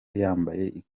yambaye